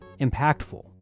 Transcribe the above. impactful